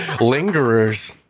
Lingerers